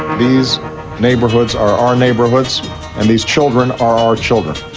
these neighbourhoods are our neighbourhoods and these children are our children,